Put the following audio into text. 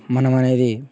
మనం అనేది